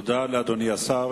תודה לאדוני השר.